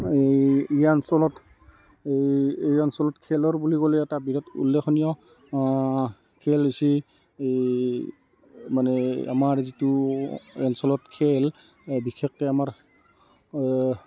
এই এই অঞ্চলত এই এই অঞ্চলত খেলৰ বুলি ক'লে এটা বিৰাট উল্লেখনীয় খেল হৈছে এই মানে আমাৰ যিটো অঞ্চলত খেল বিশেষকৈ আমাৰ